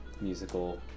musical